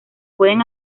pueden